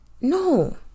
no